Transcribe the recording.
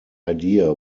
idea